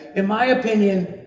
in my opinion,